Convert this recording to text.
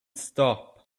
stop